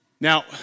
Now